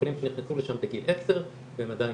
מטופלים שנכנסו לשם בגיל עשר והם עדיין